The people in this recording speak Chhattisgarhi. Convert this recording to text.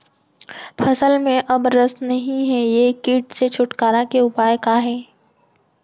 फसल में अब रस नही हे ये किट से छुटकारा के उपाय का हे?